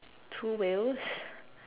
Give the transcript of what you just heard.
two wheels